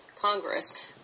Congress